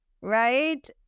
right